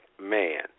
man